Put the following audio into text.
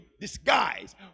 Disguise